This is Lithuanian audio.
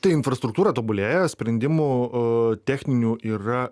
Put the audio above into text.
tai infrastruktūra tobulėja sprendimų techninių yra